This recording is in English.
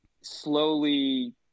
slowly